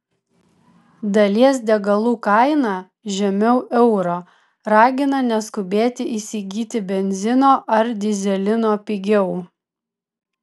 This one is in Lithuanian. dalies degalų kaina žemiau euro ragina neskubėti įsigyti benzino ar dyzelino pigiau